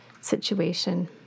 situation